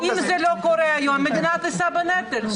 לא, אם זה לא קורה היום, המדינה תישא בנטל.